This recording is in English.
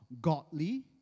godly